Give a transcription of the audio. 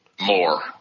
More